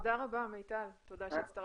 תודה רבה, מי-טל, תודה שהצטרפת אלינו.